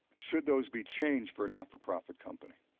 should those be changed for a not-for-profit company?